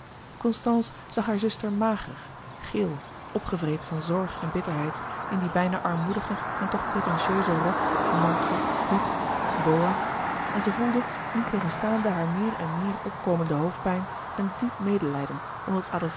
constance zag hare zuster mager geel opgevreten van zorg en bitterheid in die bijna armoedige en toch pretentieuze rok mantel hoed boa en zij voelde niettegenstaande haar meer en meer opkomende hoofdpijn een diep medelijden omdat